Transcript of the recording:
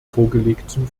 vorgelegten